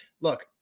look